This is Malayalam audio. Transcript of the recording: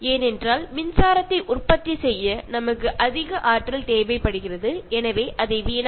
കാരണം നമുക്ക് കറണ്ട് ഉൽപ്പാദിപ്പിക്കുന്നതിന് ധാരാളം ഊർജം ചെലവഴിക്കേണ്ടി വരുന്നു